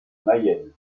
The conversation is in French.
mayenne